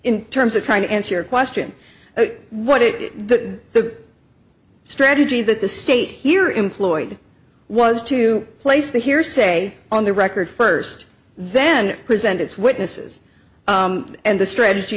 in terms of trying to answer your question what it is that the strategy that the state here employed was to place the hearsay on the record first then present its witnesses and the strategy